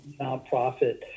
nonprofit